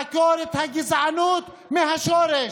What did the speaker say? לעקור את הגזענות מהשורש.